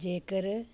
ਜੇਕਰ